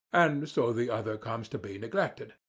and so the other comes to be neglected.